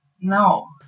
No